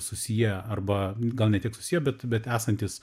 susiję arba gal ne tik susiję bet bet esantys